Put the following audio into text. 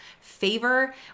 favor